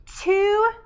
two